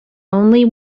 only